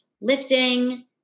lifting